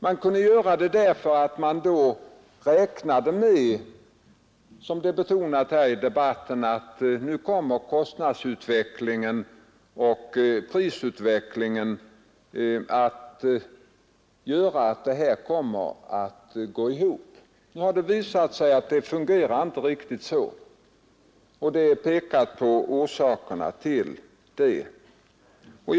Man räknade nämligen med, som det har betonats här i debatten, att kostnadsutvecklingen och prisutvecklingen skulle göra att det gick ihop. Nu har det visat sig att det inte fungerar riktigt så, och orsakerna till detta har här påpekats.